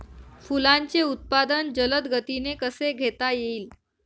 फुलांचे उत्पादन जलद गतीने कसे घेता येईल?